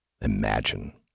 Imagine